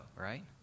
right